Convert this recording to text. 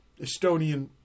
Estonian